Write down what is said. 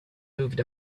moved